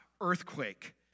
earthquake